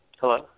Hello